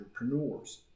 entrepreneurs